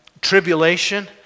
tribulation